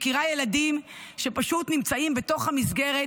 אני מכירה ילדים שפשוט נמצאים בתוך המסגרת